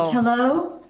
hello?